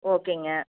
ஓகேங்க